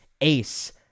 ace